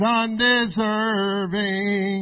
undeserving